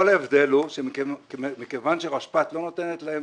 כל ההבדל הוא שמכיוון שרשפ"ת לא נותנת להם